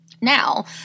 now